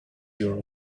your